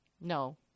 No